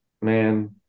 man